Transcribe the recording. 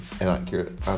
inaccurate